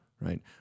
right